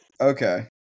Okay